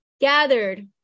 gathered